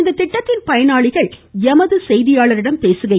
இத்திட்டத்தின் பயனாளிகள் எமது செய்தியாளரிடம் பேசுகையில்